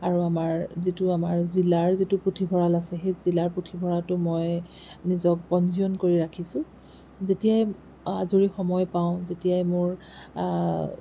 আৰু আমাৰ যিটো আমাৰ জিলাৰ যিটো পুথিভঁৰাল আছে সেই জিলাৰ পুথিভঁৰালতো মই নিজৰ পঞ্জীয়ন কৰি ৰাখিছোঁ যেতিয়াই আজৰি সময় পাওঁ যেতিয়াই মোৰ